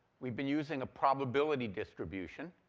we've been using a probability distribution.